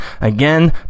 again